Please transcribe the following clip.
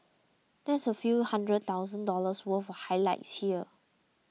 that's a few hundred thousand dollars worth of highlights here